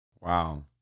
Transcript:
wow